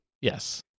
Yes